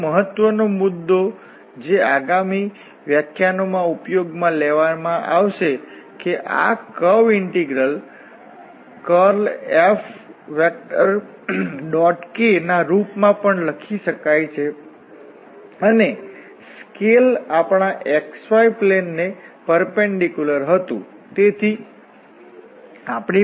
બીજો મહત્વનો મુદ્દો જે આગામી વ્યાખ્યાનોમાં ઉપયોગમાં લેવામાં આવશે કે આ કર્વ ઇન્ટિગ્રલ curlFk ના રૂપમાં પણ લખી શકાય છે અને સ્કેલ આપણા xy પ્લેન ને પરપેંડીક્યુલર હતું